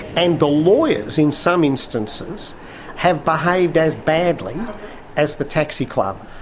and the lawyers in some instances have behaved as badly as the taxi club.